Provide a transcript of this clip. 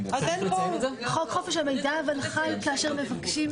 אז אין פה --- חוק חופש המידע חל כאשר מבקשים.